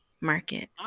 market